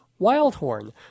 Wildhorn